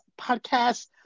Podcast